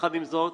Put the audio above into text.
יחד עם זאת,